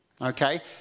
Okay